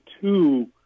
two